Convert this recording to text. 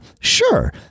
Sure